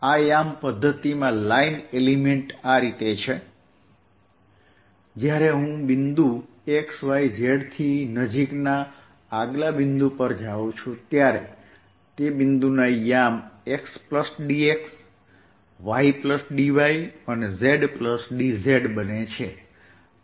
આ યામ પદ્ધતિમાં લાઈન એલિમેન્ટ આ રીતે છે જ્યારે હું બિંદુ x y z થી નજીકના આગલા બિંદુ પર જાઉં છું ત્યારે તે બિંદુના યામ xdx ydy અને zdz બને છે